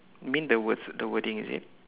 mean the words the wording is it